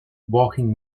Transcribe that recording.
walking